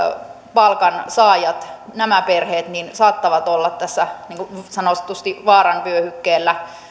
palkansaajat nämä perheet saattavat olla tässä niin sanotusti vaaran vyöhykkeellä